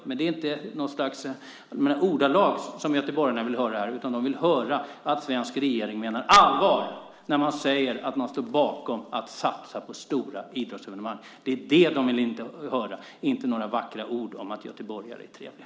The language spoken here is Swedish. Men det är inte de ord som göteborgarna vill höra. De vill höra att den svenska regeringen menar allvar när man säger att man står bakom att satsa på stora idrottsevenemang. Det är det de vill höra, inte några vackra ord om att göteborgare är trevliga.